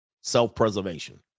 self-preservation